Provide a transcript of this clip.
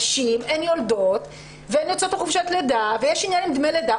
נשים הן יולדות והן יוצאות לחופשת לידה ויש עניין עם דמי לידה.